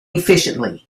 efficiently